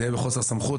זה יהיה בחוסר סמכות,